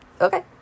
Okay